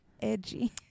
edgy